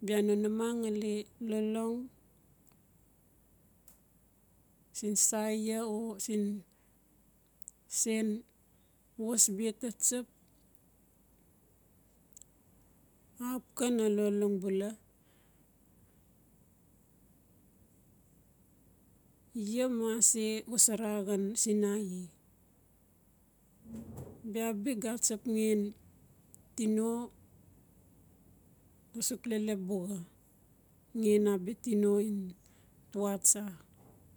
bia no namang angali lolong siin saia o siin sen waas bia tsap axap ka na lolong bula mase xosara xan sinaiie bia bi ga atsap ngen tino suk lelep buxaa hen abia tino ngen tuaa tsa